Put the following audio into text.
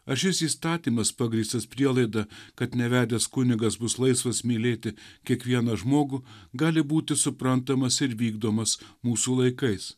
ar šis įstatymas pagrįstas prielaida kad nevedęs kunigas bus laisvas mylėti kiekvieną žmogų gali būti suprantamas ir vykdomas mūsų laikais